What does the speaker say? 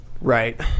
Right